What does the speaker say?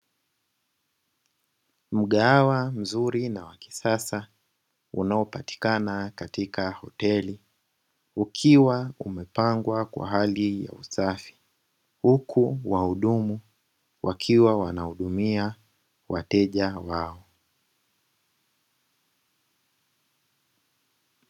Mgahawa mzuri na wa kisasa unaopatikana katika hoteli ukiwa umepangwa kwa hali ya usafi, huku wahudumu wakiwa wanahudumia wateja wao.